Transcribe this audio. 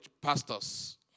pastors